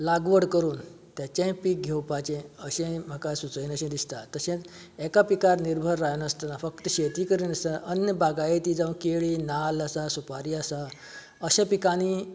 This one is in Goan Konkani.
लागवड करून तेचे पीक घेवपाचे अशेंय म्हाका सुचयले अशें दिसता तशेंच एका पिकार निर्भर जायनासतना फक्त शेती करिनासतना अन्य बागायती जावं केळी नाल्ल आसा सुपारी आसा अश्या पिकांनी